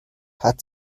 hat